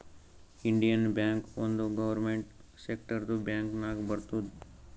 Indian Bank ಒಂದ್ government ಸೆಕ್ಟರ್ದು bank ನಾಗ್ ಬರ್ತುದ್